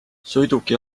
sõiduki